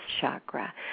Chakra